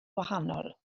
wahanol